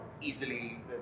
easily